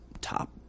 top